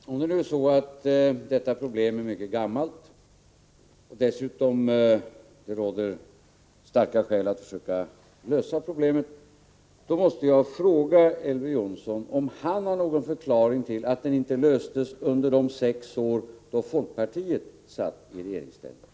Herr talman! Om nu detta problem är mycket gammalt och det dessutom råder starka skäl att försöka lösa problemet, måste jag fråga Elver Jonsson om han har någon förklaring till att det inte löstes under det sex år då folkpartiet satt i regeringsställning.